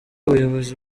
ubuyobozi